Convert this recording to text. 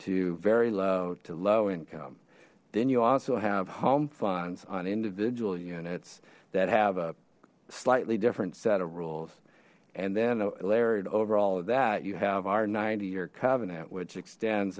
to very low to low income then you also have home funds on individual units that have a slightly different set of rules and then layered over all of that you have our ninety year covenant which extends